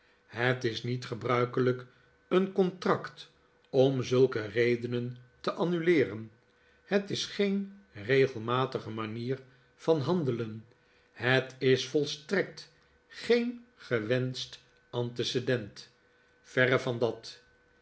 het is niet gebruikelijk een contract om zulke redenen te annuleeren het is geen regelmatige manier van handelen het is volstrekt geen gewenscht antecedent verre van dat